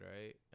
right